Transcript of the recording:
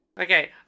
Okay